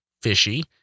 fishy